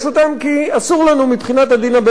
כי אסור לנו מבחינת הדין הבין-לאומי.